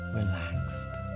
relaxed